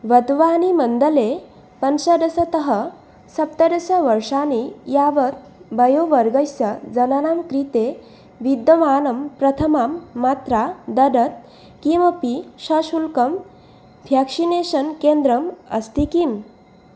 वद्वानीमण्डले पञ्चदशतः सप्तदशवर्षाणि यावत् वयोवर्गस्य जनानां कृते विद्यमानां प्रथमां मात्रां ददत् किमपि स शुल्कं फ्याक्शिनेषन् केन्द्रम् अस्ति किम्